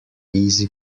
easy